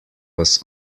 was